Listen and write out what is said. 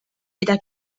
eta